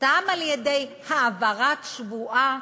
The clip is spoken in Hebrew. סתם על-ידי העברת שבועה,